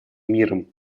миром